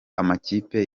amakipe